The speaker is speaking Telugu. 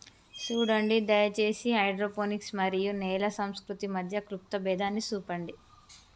సూడండి దయచేసి హైడ్రోపోనిక్స్ మరియు నేల సంస్కృతి మధ్య క్లుప్త భేదాన్ని సూపండి